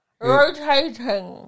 Rotating